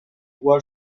cual